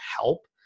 help